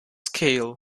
scale